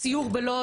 סיור בלוד,